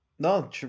No